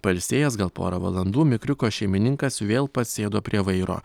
pailsėjęs gal porą valandų mikriuko šeimininkas vėl pats sėdo prie vairo